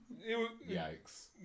Yikes